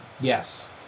Yes